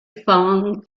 fong